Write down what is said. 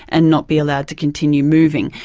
and not be allowed to continue moving.